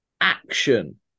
Action